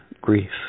grief